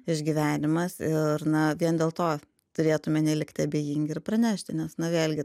išgyvenimas ir na vien dėl to turėtume nelikti abejingi ir pranešti nes nu vėlgi